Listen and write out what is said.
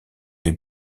les